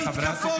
חברת הכנסת דיסטל,